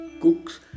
Cook's